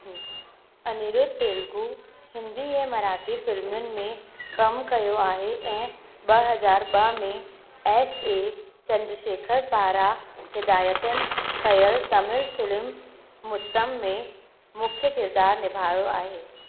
अनिरुद्ध तेलगु हिंदी ऐं मराठी फिल्मुनि में कम कयो आहे ऐं ॿ हज़ार ॿ में एस ए चंद्रशेखर पारां हिदायतनि कयल तमिल फिल्म मुत्तम में मुख्य किरदारु निभायो आहे